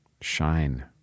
shine